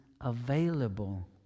available